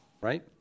right